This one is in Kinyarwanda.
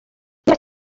niba